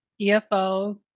efo